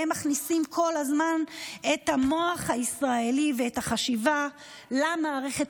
והן מכניסות כל הזמן את המוח הישראלי ואת החשיבה למערכת,